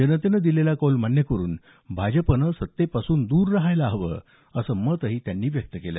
जनतेनं दिलेला कौल मान्य करून भाजपनं सत्तेपासून दूर राहायला हवं असं मतही त्यांनी यावेळी व्यक्त केलं